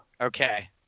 Okay